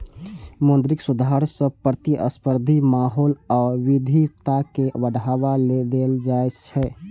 मौद्रिक सुधार सं प्रतिस्पर्धी माहौल आ विविधता कें बढ़ावा देल जाइ छै